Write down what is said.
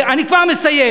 אני כבר מסיים.